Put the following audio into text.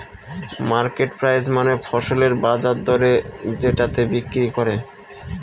market price মানে ফসলের বাজার দরে যেটাতে বিক্রি করে